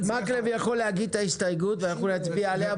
מקלב יכול להגיש את ההסתייגות ואנחנו נצביע עליה.